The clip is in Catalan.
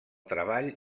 treball